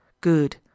good